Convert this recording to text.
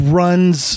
runs